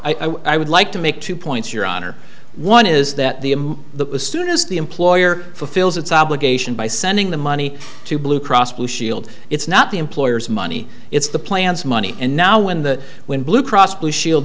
mean i would like to make two points your honor one is that the the as soon as the employer fulfills its obligation by sending the money to blue cross blue shield it's not the employer's money it's the plan's money and now when the when blue cross blue shield